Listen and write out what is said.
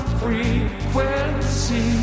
frequency